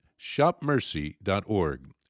shopmercy.org